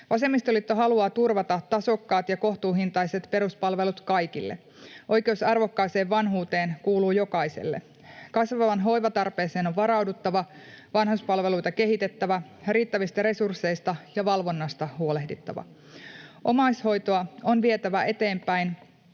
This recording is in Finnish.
Vasemmistoliitto haluaa turvata tasokkaat ja kohtuuhintaiset peruspalvelut kaikille. Oikeus arvokkaaseen vanhuuteen kuuluu jokaiselle. Kasvavaan hoivatarpeeseen on varauduttava, vanhuspalveluita kehitettävä ja riittävistä resursseista ja valvonnasta huolehdittava. Omaishoitoa on vietävä eteenpäin,